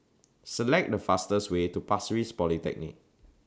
Select The fastest Way to Pasir Ris Polyclinic